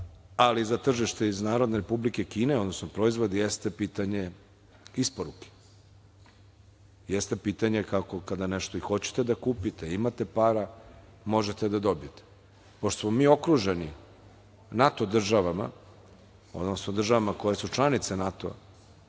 i za tržište iz Narodne Republike Kine, odnosno proizvod, jeste pitanje isporuke, jeste pitanje kako kada nešto i hoćete da kupite, imate para, možete da dobijete. Pošto smo mi okruženi NATO državama, odnosno državama koje su članice NATO-a,